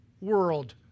world